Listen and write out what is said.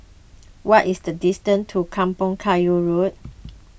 what is the distance to Kampong Kayu Road